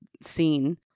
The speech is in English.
scene